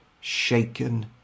shaken